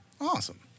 Awesome